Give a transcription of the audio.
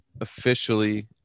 officially